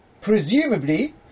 presumably